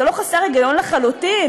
זה לא חסר היגיון לחלוטין?